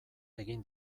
egin